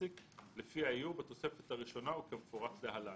לפי האיור בתוספת הראשונה וכמפורט להלן: